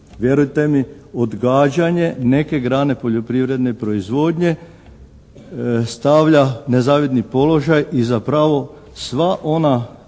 Vjerujte mi odgađanje neke grane poljoprivredne proizvodnje stavlja u nezavidni položaj i zapravo sva ona